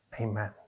amen